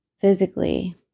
physically